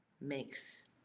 makes